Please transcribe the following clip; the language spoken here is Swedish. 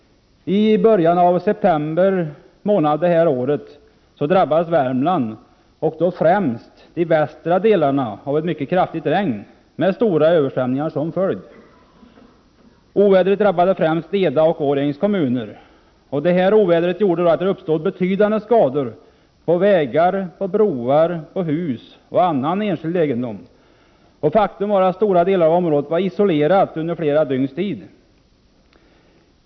I början av september månad det här året drabbades Värmland, främst då de västra delarna, av ett mycket kraftigt regn med stora översvämningar som följd. Ovädret drabbade främst Eda och Årjängs kommuner, och där 165 uppstod betydande skador på vägar, broar, hus och annan enskild egendom. Faktum var att stora delar av området var isolerade under flera dygns tid.